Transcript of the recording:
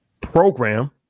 program